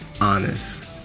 honest